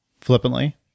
flippantly